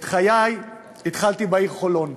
את חיי התחלתי בעיר חולון,